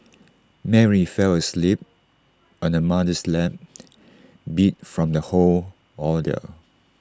Mary fell asleep on her mother's lap beat from the whole ordeal